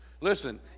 listen